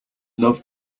love